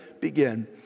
Begin